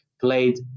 played